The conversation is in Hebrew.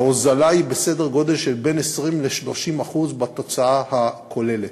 ההוזלה היא בסדר גודל של בין 20% ל-30% בתוצאה הכוללת.